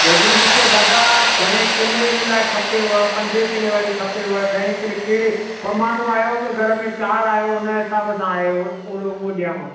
देॻिड़ी ॾिसो दादा घणे किले जे लाइ खपेव पंजे किले वारी खपेव ॾहें किले कहिड़े ॿ माण्हू आहियो की घर में चार आहियो उन हिसाब सां आहे ओड़ो उहो ॾियांव